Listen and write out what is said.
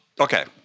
okay